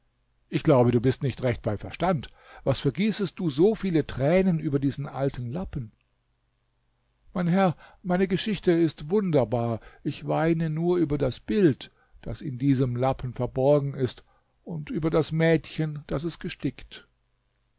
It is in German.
ich glaube du bist nicht recht bei verstand was vergießest du so viele tränen über diesen alten lappen mein herr meine geschichte ist wunderbar ich weine nur über das bild das in diesem lappen verborgen ist und über das mädchen das es gestickt